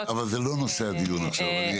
--- אבל זה לא נושא הדיון עכשיו.